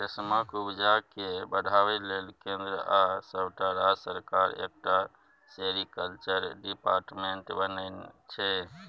रेशमक उपजा केँ बढ़ाबै लेल केंद्र आ सबटा राज्य सरकार एकटा सेरीकल्चर डिपार्टमेंट बनेने छै